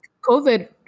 COVID